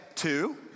Two